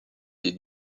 des